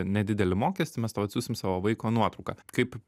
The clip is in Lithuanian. nedidelį mokestį mes tau atsiųsim savo vaiko nuotrauką kaip